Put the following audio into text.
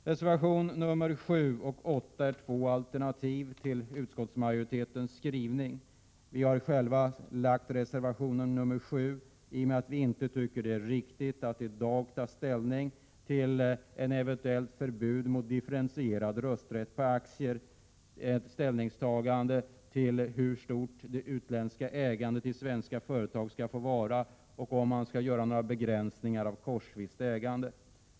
Reservationerna 7 och 8 är två alternativ till utskottsmajoritetens skrivning. Vi har själva avgivit reservation nr 7 därför att vi inte tycker att det är riktigt att i dag ta ställning till ett eventuellt förbud mot differentierad rösträtt på aktier, till hur stort det utländska ägandet i svenska företag skall få vara eller till om man skall införa några begränsningar av korsvist ägande.